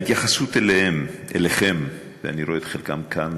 ההתייחסות אליהם, אליכם, אני רואה את חלקם כאן